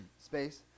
Space